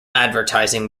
advertising